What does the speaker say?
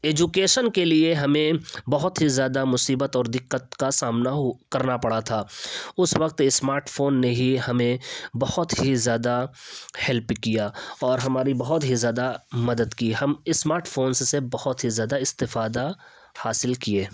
education کے لیے ہمیں بہت ہی زیادہ مصیبت اور دقت کا سامنا کرنا پڑا تھا اس وقت اسمارٹ فون نے ہی ہمیں بہت ہی زیادہ ہیلپ کیا اور ہماری بہت ہی زیادہ مدد کی ہم اسمارٹ فون سے بہت ہی زیادہ استفادہ حاصل کیے